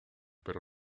pero